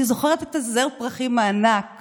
אני זוכרת את זר הפרחים הענק